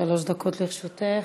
שלוש דקות לרשותך.